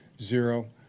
zero